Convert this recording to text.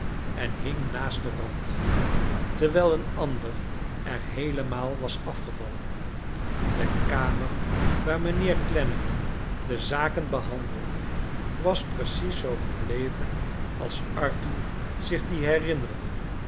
jn hing naast den rand terwijl een ander er heelemaal was afgevallen de kamer waar mijnheer clennam de zaken behandelde was precies zoo gebleven als arthur zich die herinnerde